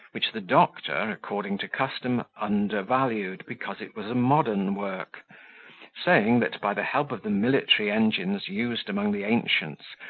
which the doctor, according to custom, undervalued, because it was a modern work saying, that by the help of the military engines used among the ancients,